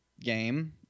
game